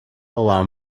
allow